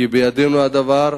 כי בידינו הדבר,